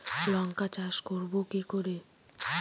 লঙ্কা চাষ করব কি করে?